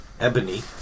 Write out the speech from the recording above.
Ebony